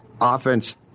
offense